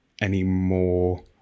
anymore